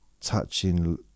touching